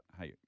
Hey